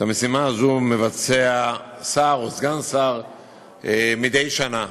את המשימה הזאת מבצע שר או סגן שר מדי שנה.